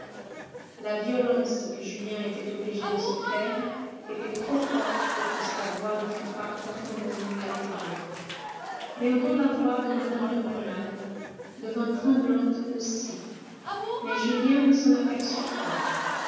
la violence que julien était obligé de se faire était trop forte pour que sa voix ne fût pas profondément altérée bientôt la voix de mme de rênal devint tremblante aussi mais julien ne s'en aperçut point